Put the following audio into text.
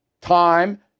time